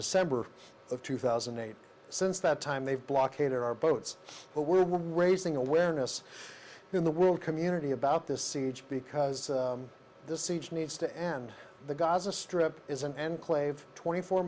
december of two thousand and eight since that time they've blockaded our boats but we're raising awareness in the world community about this siege because this siege needs to end the gaza strip is an enclave twenty four